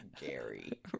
Gary